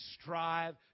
strive